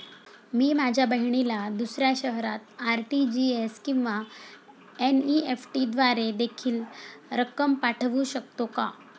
मी माझ्या बहिणीला दुसऱ्या शहरात आर.टी.जी.एस किंवा एन.इ.एफ.टी द्वारे देखील रक्कम पाठवू शकतो का?